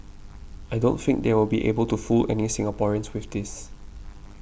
I don't think they will be able to fool any Singaporeans with this